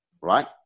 Right